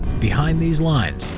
behind these lines,